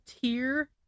tier